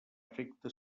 efecte